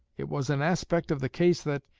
it was an aspect of the case that,